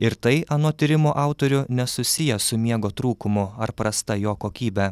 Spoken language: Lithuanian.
ir tai anot tyrimo autorių nesusiję su miego trūkumu ar prasta jo kokybe